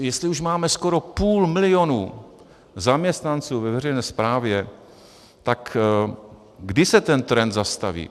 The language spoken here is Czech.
Jestli už máme skoro půl milionu zaměstnanců ve veřejné správě, tak kdy se ten trend zastaví?